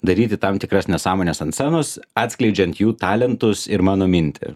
daryti tam tikras nesąmones ant scenos atskleidžiant jų talentus ir mano mintį